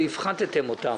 והפחתתם אותן.